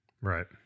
Right